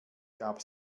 gab